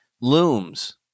looms